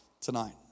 tonight